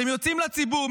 אתם יוצאים לציבור,